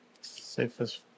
Safest